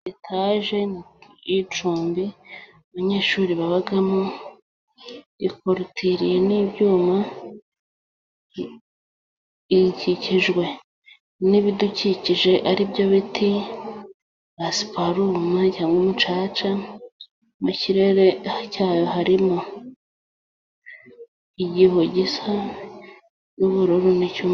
Etaje y'icumbi abanyeshuri babamo, ikorotiririye n'ibyuma, ikikijwe n"ibidukikije, ari byo biti, basiparu, umucaca. Mu kirere cyayo harimo igihu gisa n'ubururu n'icyumweru.